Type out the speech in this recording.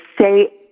say